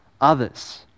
others